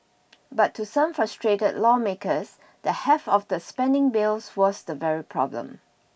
but to some frustrated lawmakers the heft of the spending bill was the very problem